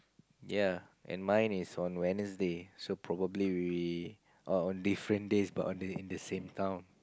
yea and mine is on Wednesday so probably we are on different days but on the in the same town